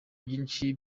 byinshi